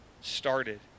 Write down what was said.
started